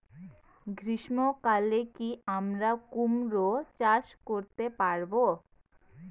গ্রীষ্ম কালে কি আমরা কুমরো চাষ করতে পারবো?